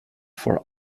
for